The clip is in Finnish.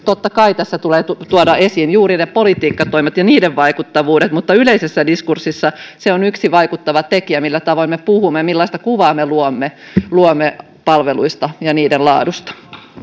totta kai tässä tulee tuoda esiin juuri ne politiikkatoimet ja niiden vaikuttavuudet mutta yleisessä diskurssissa se on yksi vaikuttava tekijä millä tavoin me puhumme ja millaista kuvaa me luomme luomme palveluista ja niiden laadusta